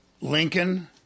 Lincoln